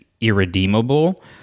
irredeemable